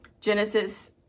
Genesis